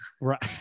right